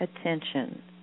attention